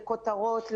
לכותרות,